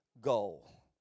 goal